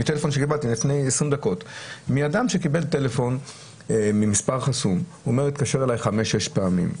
אני אדם שקיבל טלפון ממספר חסום שמתקשר אלי חמש או שש פעמים,